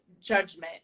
judgment